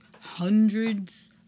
hundreds